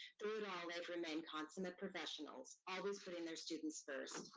through it all, they've remained consummate professionals, always putting their students first.